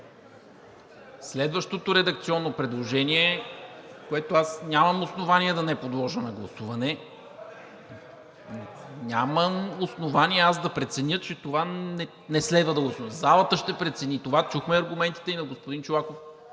Следващото редакционно предложение, което аз нямам основание да не подложа на гласуване (реплики от ГЕРБ-СДС) – нямам основание аз да преценя, че това не следва да го подложа, залата ще прецени. Чухме аргументите и на господин Чолаков,